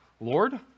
Lord